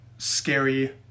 scary